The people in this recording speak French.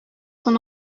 son